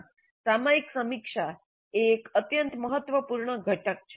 આમ સામયિક સમીક્ષા એ એક અત્યંત મહત્વપૂર્ણ ઘટક છે